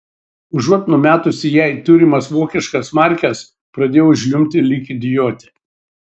užuot numetusi jai turimas vokiškas markes pradėjau žliumbti lyg idiotė